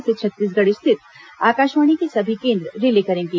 इसे छत्तीसगढ़ स्थित आकाशवाणी के सभी केंद्र रिले करेंगे